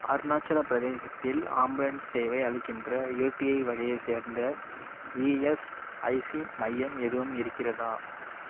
அருணாச்சலப் பிரதேசத்தில் ஆம்புலன்ஸ் சேவை அளிக்கின்ற யூடிஐ வகையைச் சேர்ந்த இஎஸ்ஐசி மையம் எதுவும் இருக்கிறதா